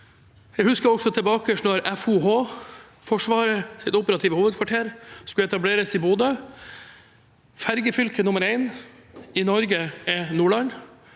Jeg husker også da FOH, Forsvarets operative hovedkvarter, skulle etableres i Bodø. Ferjefylke nummer én i Norge er Nordland.